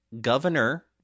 governor